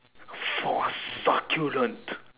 for succulent